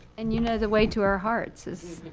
and you know the way to our hearts is